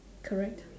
correct